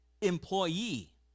employee